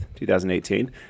2018